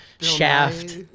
Shaft